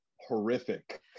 horrific